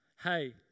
Hey